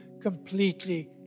completely